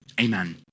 Amen